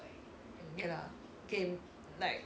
okay lah game like